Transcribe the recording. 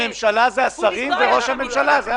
הממשלה זה השרים וראש הממשלה.